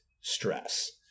stress